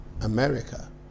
America